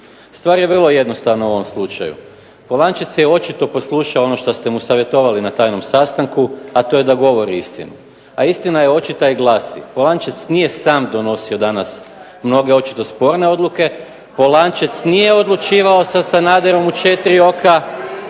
Stvar je vrlo jednostavna u ovom slučaju. Polančec je očito poslušao ono što ste mu savjetovali na tajnom sastanku, a to je da govori istinu. A istina je očita i glasi: Polančec nije sam donosio danas mnoge očito sporne odluke, Polančec nije odlučivao sa Sanaderom u četiri oka…